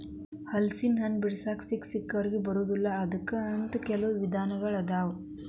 ಹಲಸಿನಹಣ್ಣ ಬಿಡಿಸಾಕ ಸಿಕ್ಕಸಿಕ್ಕವರಿಗೆ ಬರುದಿಲ್ಲಾ ಅದಕ್ಕ ಅಂತ ಕೆಲ್ವ ವಿಧಾನ ಅದಾವ